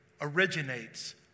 originates